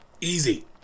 Easy